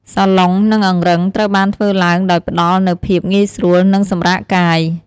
សាឡុង និងអង្រឹង ត្រូវបានធ្វើឡើងដោយផ្តល់នូវភាពងាយស្រួល និងសម្រាកកាយ។